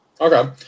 Okay